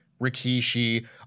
Rikishi